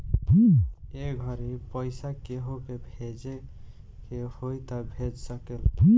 ए घड़ी पइसा केहु के भेजे के होई त भेज सकेल